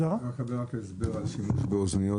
אפשר רק לקבל הסבר על שימוש באוזניות,